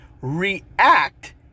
React